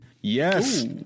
Yes